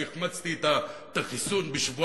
אני החמצתי את החיסון בשבועיים,